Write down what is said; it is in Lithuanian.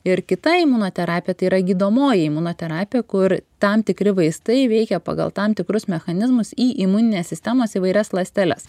ir kita imunoterapija tai yra gydomoji imunoterapija kur tam tikri vaistai veikia pagal tam tikrus mechanizmus į imuninės sistemos įvairias ląsteles